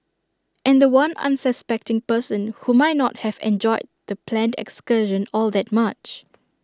and The One unsuspecting person who might not have enjoyed the planned excursion all that much